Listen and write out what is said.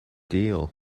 deal